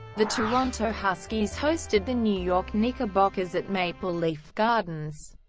the toronto huskies hosted the new york knickerbockers at maple leaf gardens,